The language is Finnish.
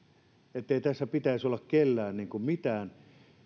ettei tässä pitäisi olla kellään mitään